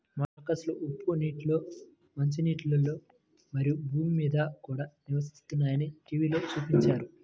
మొలస్క్లు ఉప్పు నీటిలో, మంచినీటిలో, మరియు భూమి మీద కూడా నివసిస్తాయని టీవిలో చూపించారు